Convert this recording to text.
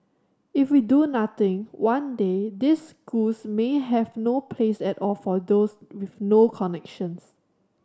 if we do nothing one day these schools may have no place at all for those with no connections